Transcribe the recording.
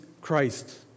Christ